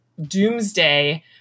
doomsday